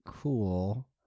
cool